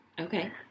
Okay